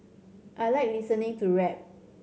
I like listening to rap